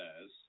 says